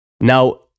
Now